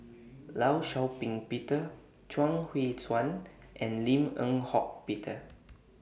law Shau Ping Peter Chuang Hui Tsuan and Lim Eng Hock Peter